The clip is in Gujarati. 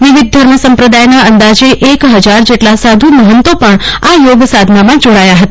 વિવિધ ધર્મ સંપ્રદાયના અંદાજે એક હજાર જેટલા સાધુ મહંતો પણ આ યોગ સાધનામાં જોડાશે